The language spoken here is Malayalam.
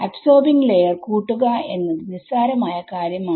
അബ്സോബിങ് ലെയർ കൂട്ടുക എന്നത് നിസ്സാരമായ കാര്യമാണ്